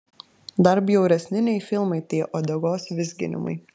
dar bjauresni nei filmai tie uodegos vizginimai